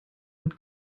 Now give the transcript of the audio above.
mit